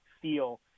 feel